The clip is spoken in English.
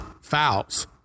fouls